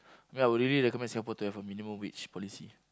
ya I would really recommend Singapore to have a minimum wage policy